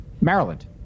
Maryland